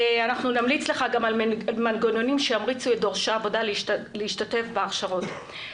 אנחנו נמליץ על מנגנונים שימריצו את דורשי העבודה להשתתף בהכשרות.